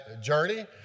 journey